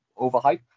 overhyped